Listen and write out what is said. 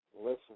Listen